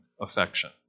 affection